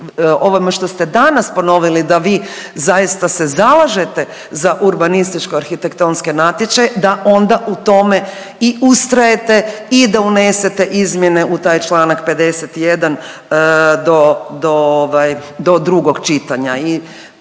ovome što ste danas ponovili da vi zaista se zalažete za urbanističko-arhitektonske natječaje da onda u tome i ustrajete i da unesete izmjene u taj čl. 51. do drugog čitanja.